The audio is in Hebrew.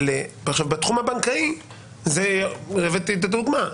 בתחום הבנקאי הבאתי את הדוגמה,